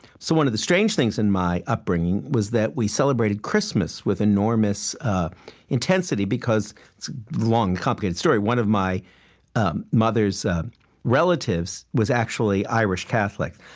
so one of the strange things in my upbringing was that we celebrated christmas with enormous intensity, because it's a long and complicated story one of my um mother's relatives was actually irish catholic.